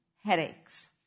Headaches